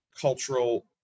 cultural